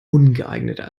ungeeigneter